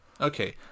okay